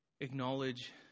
acknowledge